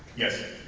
yes